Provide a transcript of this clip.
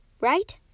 Right